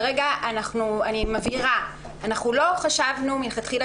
אני מבהירה אנחנו לא חשבנו מלכתחילה